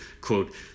quote